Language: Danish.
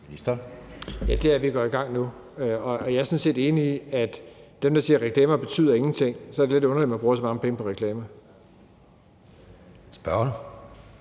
Ja. Det er, at vi går i gang nu. Og jeg er sådan set enig i, at hvis man siger, at reklamer ingenting betyder, så er det lidt underligt, at man bruger så mange penge på reklamer. Kl.